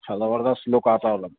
اچھا زبردست لک آتا ہوگا